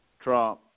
Trump